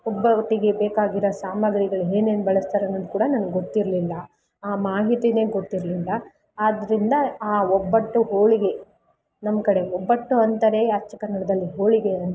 ಒಬ್ಬಟ್ಟಿಗೆ ಬೇಕಾಗಿರೋ ಸಾಮಾಗ್ರಿಗಳು ಏನೇನ್ ಬಳಸ್ತಾರೆ ಅನ್ನೋದು ಕೂಡ ನನ್ಗೆ ಗೊತ್ತಿರಲಿಲ್ಲ ಆ ಮಾಹಿತಿ ಗೊತ್ತಿರಲಿಲ್ಲ ಆದ್ದರಿಂದ ಆ ಒಬ್ಬಟ್ಟು ಹೋಳಿಗೆ ನಮ್ಮಕಡೆ ಒಬ್ಬಟ್ಟು ಅಂತಾರೆ ಅಚ್ಚ ಕನ್ನಡದಲ್ಲಿ ಹೋಳಿಗೆ ಅಂತಾರೆ